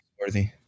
worthy